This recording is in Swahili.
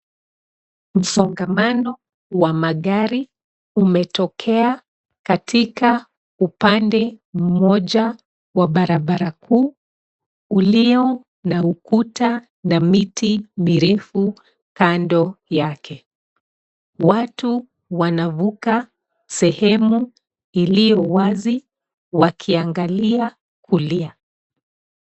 Msongamano wa magari umetokea katika upande mmoja wa barabara kuu ulio na ukuta na miti mirefu kando yake. Watu wanavuka sehemu iliyo wazi wakiangalia kulia.